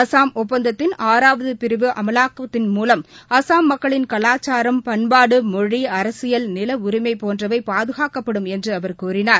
அசாம் ஒப்பந்தத்தின் ஆறாவது பிரிவு அமவாக்கத்தின் மூலம் அசாம் மக்களின் கவாச்சாரம் பண்பாடு மொழி அரசியல் நில உரிமை போன்றவை பாதுகாக்கப்படும் என்று அவர் கூறினார்